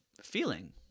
feeling